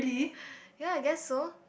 ya I guess so